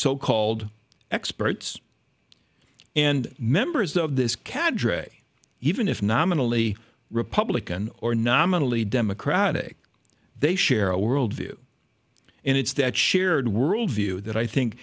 so called experts and members of this cadre even if nominally republican or nominally democratic they share a world view and it's that shared world view that i think